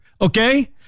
okay